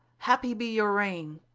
happy be your reign!